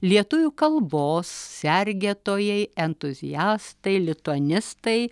lietuvių kalbos sergėtojai entuziastai lituanistai